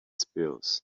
spills